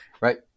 right